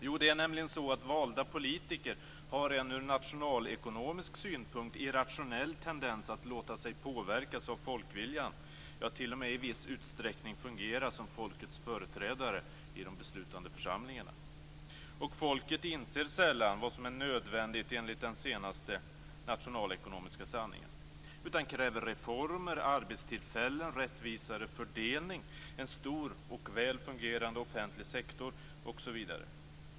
Jo, det är nämligen så att valda politiker har en ur nationalekonomisk synpunkt irrationell tendens att låta sig påverkas av folkviljan, ja, t.o.m. i viss utsträckning fungera som folkets företrädare i de beslutande församlingarna. Och folket inser sällan vad som är nödvändigt enligt den senaste nationalekonomiska sanningen utan kräver reformer, arbetstillfällen, rättvisare fördelning, en stor och väl fungerande offentlig sektor, osv.